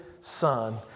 son